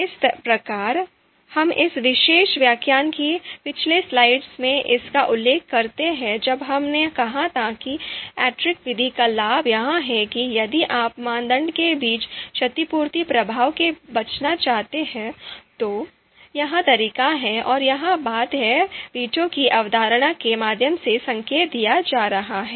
इस प्रकार हम इस विशेष व्याख्यान की पिछली स्लाइड्स में इसका उल्लेख करते हैं जब हमने कहा था कि एक्ट्रे विधि का लाभ यह है कि यदि आप मानदंड के बीच क्षतिपूर्ति प्रभाव से बचना चाहते हैं तो यह तरीका है और यही बात है वीटो की अवधारणा के माध्यम से संकेत दिया जा रहा है